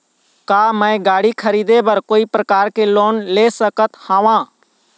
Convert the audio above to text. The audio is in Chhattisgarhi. का मैं गाड़ी खरीदे बर कोई प्रकार के लोन ले सकत हावे?